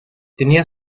tenía